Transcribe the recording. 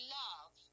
love